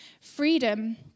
Freedom